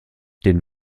den